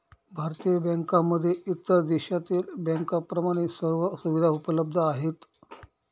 भारतीय बँकांमध्ये इतर देशातील बँकांप्रमाणे सर्व सुविधा उपलब्ध आहेत